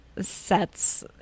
sets